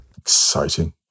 Exciting